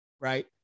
right